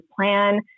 plan